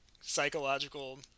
psychological